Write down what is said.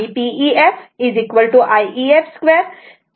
So total PPef Pab P cd it is 600 watt